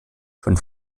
von